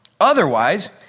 Otherwise